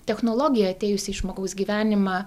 technologija atėjusi į žmogaus gyvenimą